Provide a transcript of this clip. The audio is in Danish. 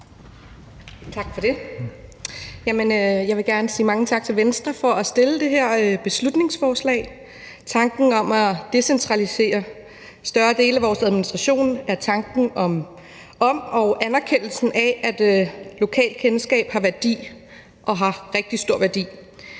Tak for det. Jeg vil gerne sige mange tak til Venstre for at fremsætte det her beslutningsforslag. Tanken om at decentralisere større dele af vores administration er tanken om og anerkendelsen af, at lokalkendskab har værdi – og har rigtig stor værdi.